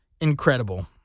incredible